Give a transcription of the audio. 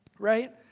right